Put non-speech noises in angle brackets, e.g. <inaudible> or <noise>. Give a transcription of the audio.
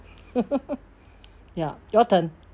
<laughs> ya your turn